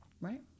right